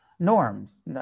norms